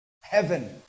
Heaven